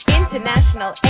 international